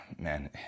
man